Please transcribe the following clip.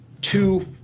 two